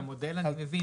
את המודל אני מבין.